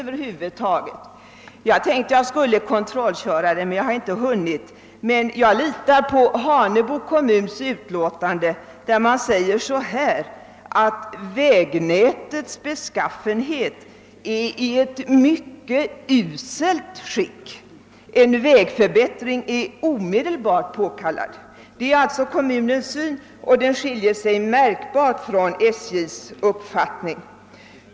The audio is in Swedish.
Jag tänkte att jag skulle kontrollköra den, men jag har inte hunnit. Jag litar dock på Hanebo kommuns utlåtande, där det framhålls att vägnätet är i ett »mycket uselt skick och att en vägförbättring är omedelbart påkallad». Kommunens syn skiljer sig alltså märkbart från SJ:s uppfattning.